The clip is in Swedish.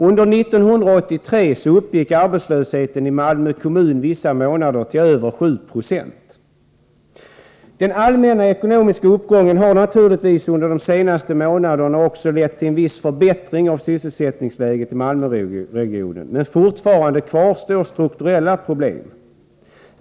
Under 1983 uppgick arbetslösheten i Malmö kommun vissa månader till över 7 96. Den allmänna ekonomiska uppgången har naturligtvis under de senaste månaderna också lett till en viss förbättring av sysselsättningsläget i Malmöregionen, men fortfarande kvarstår strukturella problem.